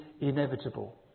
inevitable